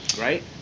right